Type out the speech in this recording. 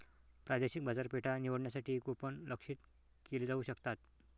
प्रादेशिक बाजारपेठा निवडण्यासाठी कूपन लक्ष्यित केले जाऊ शकतात